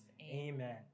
amen